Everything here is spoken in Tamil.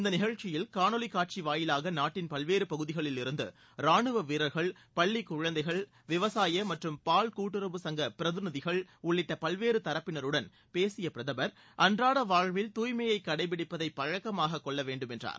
இந்த நிகழ்ச்சியில் காணொலி காட்சி வாயிலாக நாட்டின் பல்வேறு பகுதிகளிலிருந்து ராணுவ வீரர்கள் பள்ளிக் குழந்தைகள் விவசாய மற்றம் பால் கூட்டுறவு சங்கப் பிரதிநிதிகள் உள்ளிட்ட பல்வேறு தரப்பினருடன் பேசிய பிரதமர் அன்றாட வாழ்வில் தூய்மையை கடப்பிடிப்பதை பழக்கமாகக் கொள்ள வேண்டும் என்றார்